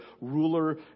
ruler